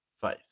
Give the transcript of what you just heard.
faith